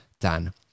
Dan